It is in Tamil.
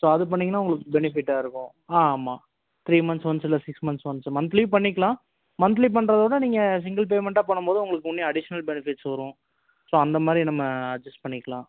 ஸோ அது பண்ணிங்கன்னா உங்களுக்கு பெனிஃபிட்டாக இருக்கும் ஆ ஆமாம் த்ரீ மந்த்ஸ் ஒன்ஸு இல்லை சிக்ஸ் மந்த்ஸ் ஒன்ஸு மந்த்லியும் பண்ணிக்கலாம் மந்த்லி பண்ணுறத விட நீங்கள் சிங்கிள் பேமெண்டாக பண்ணும்போது உங்களுக்கு உன்னியும் அடிஷ்னல் பெனிஃபிட்ஸ் வரும் ஸோ அந்த மாதிரி நம்ம சூஸ் பண்ணிக்கலாம்